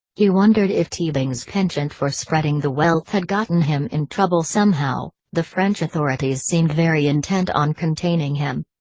he wondered if teabing's penchant for spreading the wealth had gotten him in trouble somehow the french authorities seemed very intent on containing him.